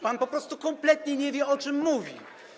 Pan po prostu kompletnie nie wie, o czym mówi.